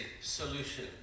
solution